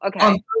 Okay